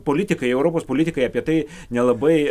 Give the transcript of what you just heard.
politikai europos politikai apie tai nelabai